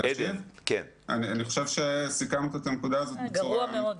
אני חושב שסיכמת את הנקודה הזאת בצורה ---- גרוע מאוד.